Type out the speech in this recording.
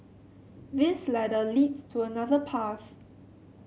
this ladder leads to another path